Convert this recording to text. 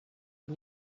you